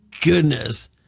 goodness